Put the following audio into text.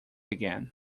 again